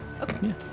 Okay